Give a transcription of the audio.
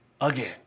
again